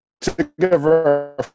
together